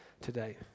today